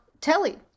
Telly